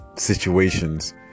situations